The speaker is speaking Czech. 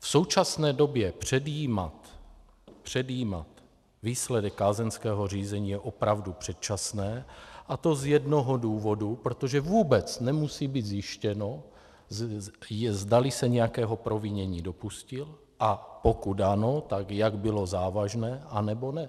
V současné době předjímat výsledek kázeňského řízení je opravdu předčasné, a to z jednoho důvodu, protože vůbec nemusí být zjištěno, zdali se nějakého provinění dopustil a pokud ano, tak jak bylo závažné, anebo ne.